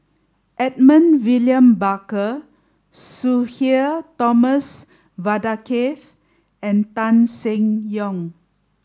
Edmund William Barker Sudhir Thomas Vadaketh and Tan Seng Yong